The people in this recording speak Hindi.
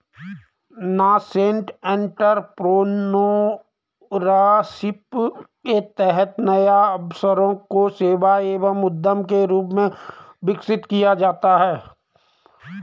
नासेंट एंटरप्रेन्योरशिप के तहत नए अवसरों को सेवा एवं उद्यम के रूप में विकसित किया जाता है